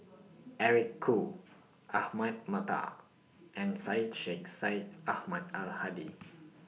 Eric Khoo Ahmad Mattar and Syed Sheikh Syed Ahmad Al Hadi